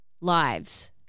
lives